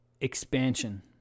expansion